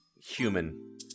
human